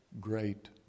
Great